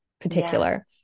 particular